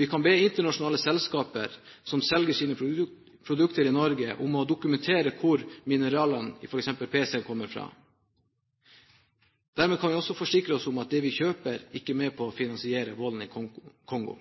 Vi kan be internasjonale selskaper som selger sine produkter i Norge, om å dokumentere hvor mineralene i f.eks. pc-en kommer fra. Dermed kan vi også forsikre oss om at det vi kjøper, ikke er med på å finansiere volden i Kongo.